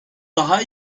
daha